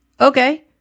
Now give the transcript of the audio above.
okay